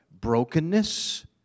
brokenness